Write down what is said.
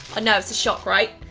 know, it's a shock, right?